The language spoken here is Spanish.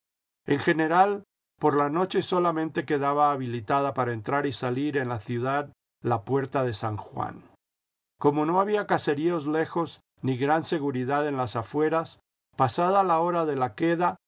en general por la noche solamente quedaba habilitada para entrar y salir en la ciudad la puerta de san juan como no había caseríos lejos ni gran seguridad en las afueras pasada la hora de la queda